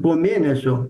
po mėnesio